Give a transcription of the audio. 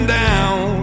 down